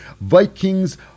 Vikings